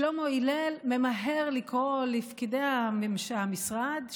שלמה הלל ממהר לקרוא לפקידי המשרד,